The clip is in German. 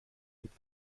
mit